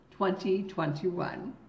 2021